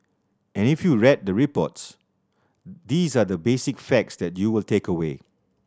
and if you red the reports these are the basic facts that you will take away